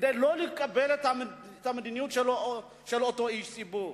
כדי לא לקבל את המדיניות של אותו איש ציבור.